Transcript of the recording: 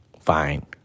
fine